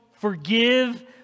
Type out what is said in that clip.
forgive